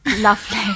Lovely